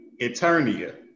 Eternia